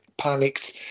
panicked